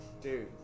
Dude